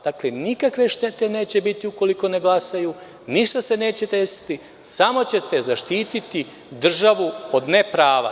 Dakle, nikakve štete neće biti ukoliko ne glasaju, ništa se neće desiti, samo ćete zaštiti državu od neprava.